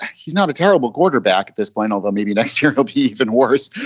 he's not a terrible quarterback at this point, although maybe next year he'll be even worse.